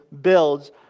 builds